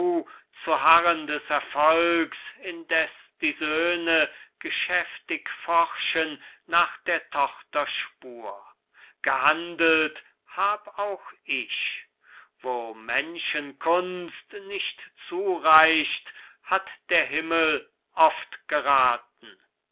zu harren des erfolgs indeß die söhne geschäftig forschen nach der tochter spur gehandelt hab auch ich wo menschenkunst nicht zureicht hat der himmel oft gerathen